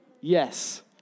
Yes